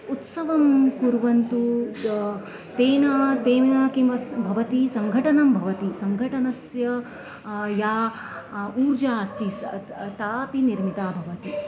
उत्सवं कुर्वन्तु तेन तेन किमपि भवति सङ्घटनं भवति सङ्घटनस्य या ऊर्जा अस्ति तापि निर्मिता भवति